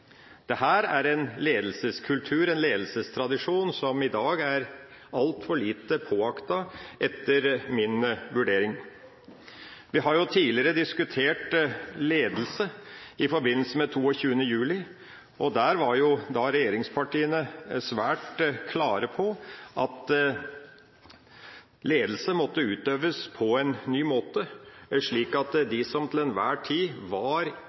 er en ledelseskultur og en ledelsestradisjon som etter min vurdering i dag er altfor lite påaktet. Vi har tidligere diskutert ledelse i forbindelse med 22. juli, og der var regjeringspartiene svært klare på at ledelse måtte utøves på en ny måte, slik at de som til enhver tid var